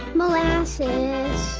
molasses